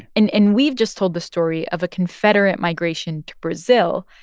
and and we've just told the story of a confederate migration to brazil,